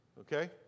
okay